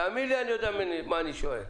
תאמין לי, אני יודע מה אני שואל.